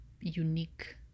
unique